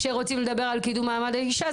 כשרוצים לדבר על קידום מעמד האישה,